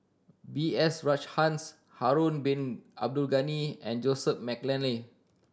B S Rajhans Harun Bin Abdul Ghani and Joseph McNally